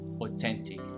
authentic